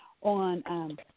on